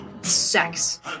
sex